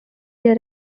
their